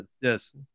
yes